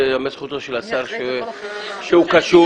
ולזכותו של השר שהוא קשוב.